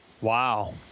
Wow